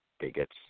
bigots